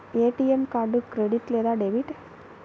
ATM card credit లేదా debit?